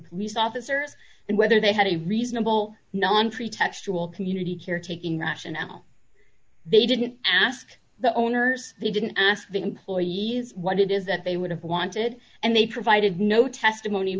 police officers and whether they had a reasonable non pretextual community care taking rationale they didn't ask the owners they didn't ask the employees what it is that they would have wanted and they provided no testimony